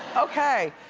okay.